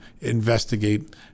investigate